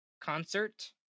concert